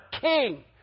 king